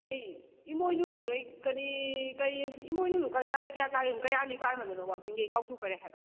ꯀꯔꯤ ꯏꯃꯣꯏꯅꯨꯗꯣ ꯀꯔꯤ ꯀꯔꯤ ꯏꯃꯣꯏꯅꯨꯗꯨ ꯇꯥꯔꯤꯛ ꯀꯌꯥ ꯇꯥꯔꯤꯃꯣ ꯀꯌꯥꯅꯤ ꯄꯥꯟꯕꯗꯅꯣ ꯋꯥꯛꯆꯤꯡꯒꯤ ꯑꯩ ꯀꯥꯎꯊꯣꯛꯈ꯭ꯔꯦ ꯍꯥꯏꯕ